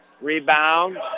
Rebound